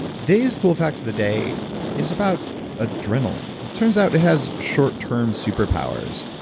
today's cool fact of the day is about adrenaline. it turns out it has short term superpowers.